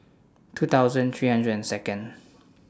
two thousand three hundred and Second